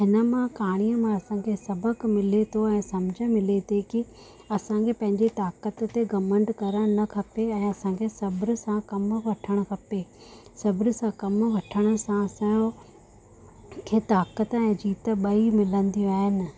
हिन मां कहाणीअ मां असांखे सबक़ु मिले थो ऐं सम्झ मिले थी की असांखे पंहिंजे ताक़त ते घमंड करणु न खपे ऐं असांखे सबुर सां कमु वठणु खपे सबुर सां कमु वठण सां असां जो खे ताक़त ऐं जीत ॿई मिलंदियूं आहिनि